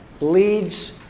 leads